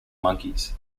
monkeys